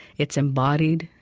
it's embodied,